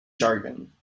jargon